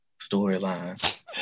storyline